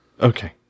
Okay